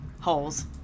Holes